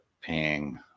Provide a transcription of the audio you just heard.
paying